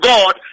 God